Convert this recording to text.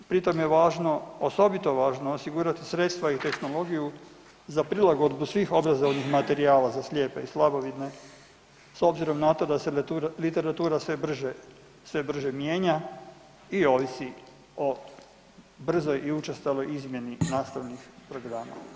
Pri tom je važno, osobito važno osigurati sredstva i tehnologiju za prilagodbu svih obrazovnih materijala za slijepe i slabovidne s obzirom na to da se literatura sve brže, sve brže mijenja i ovisi o brzoj i učestaloj izmjeni nastavnih programa.